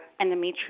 endometrial